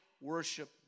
worship